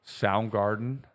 Soundgarden